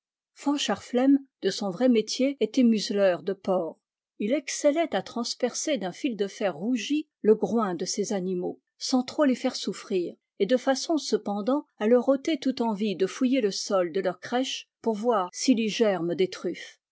flem de son vrai métier était museleur de porcs il excellait à transpercer d'un fil de fer rougi le groin de ces animaux sans trop les faire souffrir et de façon cependant à leur ôter toute envie de fouiller le sol de leur crèche pour voir s'il y germe des truffes